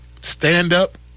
stand-up